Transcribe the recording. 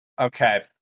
okay